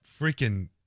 freaking